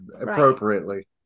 appropriately